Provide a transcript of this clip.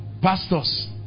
Pastors